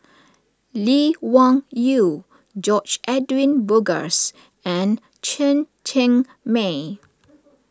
Lee Wung Yew George Edwin Bogaars and Chen Cheng Mei